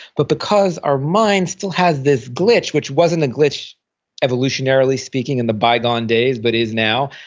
but because our mind still has this glitch, which wasn't a glitch evolutionarily speaking in the bygone days, but is now,